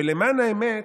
ולמען האמת,